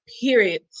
period